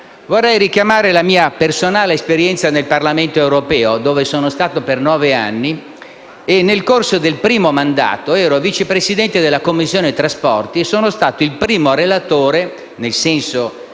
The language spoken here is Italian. Vorrei richiamare la mia personale esperienza nel Parlamento europeo, dove sono stato per nove anni. Nel corso del mio primo mandato ero vice Presidente della Commissione trasporti e sono stato il primo relatore - nel senso che